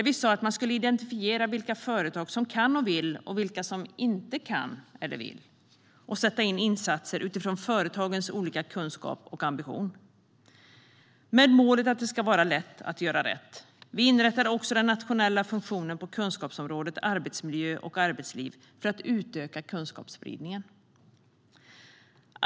Vi sa att man skulle identifiera vilka företag som kan och vill och vilka som inte kan eller vill samt sätta in insatser utifrån företagens olika kunskap och ambition med målet att det ska vara lätt att göra rätt. Vi inrättade också den nationella funktionen på kunskapsområdet arbetsmiljö och arbetsliv för att utöka kunskapsspridningen.